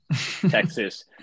Texas